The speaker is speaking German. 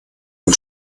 von